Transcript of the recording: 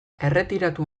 erretiratu